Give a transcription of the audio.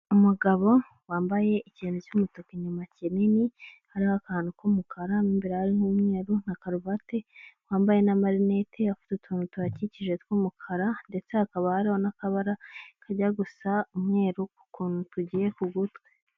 Umugabo wambaye ikintu cy'umutuku inyuma kinini hariho akantu k'umukara mu imbere hariho umweru na karuvate wambaye n'amarinete afite utuntu tuhakikije tw'umukara ndetse hakaba hariho n'akabara kajya gusa umweru ku kuntu tugiye ku gutwi.